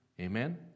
Amen